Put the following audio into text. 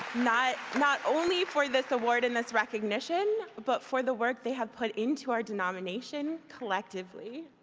not not only for this award and this recognition, but for the work they have put into our denomination collectively,